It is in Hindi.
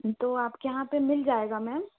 तो आप के यहाँ पर मिल जाएगा मैम